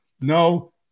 No